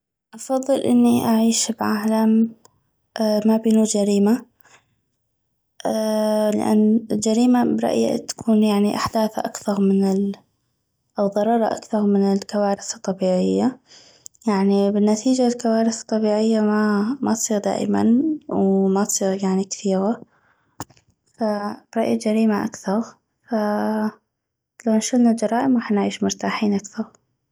افضل اني اعيش بعالم ما بينو جريمة لان الجريمة برايي تكون يعني احداثا اكثغ من او ضررا اكثغ من الكوارث الطبيعية يعني بالنتيجة الكوارث الطبيعية ما تصيغ دائما وما تصيغ يعني كثيغا فبرايي الجريمة اكثغ فلو شلنا الجرائم غاح نعيش مرتاحين اكثغ